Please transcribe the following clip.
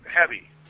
heavy